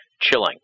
chilling